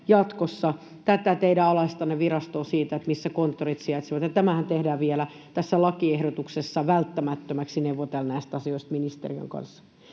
jatkossa tätä teidän alaista virastoanne siitä, missä konttorit sijaitsevat, ja tässä lakiehdotuksessa tehdään vielä välttämättömäksi neuvotella näistä asioista ministeriön kanssa.